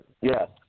Yes